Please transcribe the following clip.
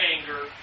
anger